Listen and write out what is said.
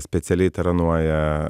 specialiai taranuoja